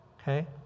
Okay